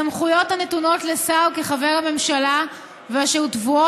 סמכויות הנתונות לשר כחבר הממשלה ושטבועות